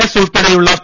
S ഉൾപ്പടെയുള്ള P